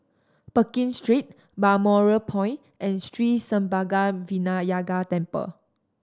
Pekin Street Balmoral Point and Sri Senpaga Vinayagar Temple